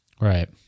Right